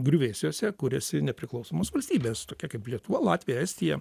griuvėsiuose kuriasi nepriklausomos valstybės tokia kaip lietuva latvija estija